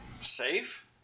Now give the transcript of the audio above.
Safe